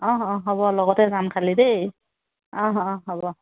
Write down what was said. অ অহ হ'ব লগতে যাম খালী দেই অহ অহ হ'ব